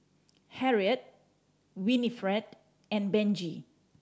Harriet Winnifred and Benji